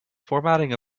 formatting